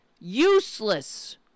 useless